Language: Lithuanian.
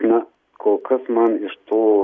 na kol kas man iš tų